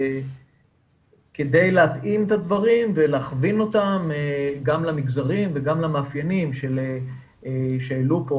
כדי להתאים את הדברים ולהכווין אותם גם למגזרים וגם למאפיינים שהעלו פה,